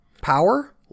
Power